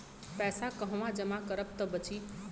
पैसा कहवा जमा करब त बची?